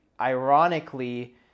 ironically